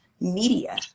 media